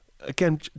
again